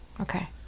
Okay